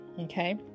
okay